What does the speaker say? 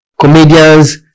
comedians